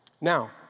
Now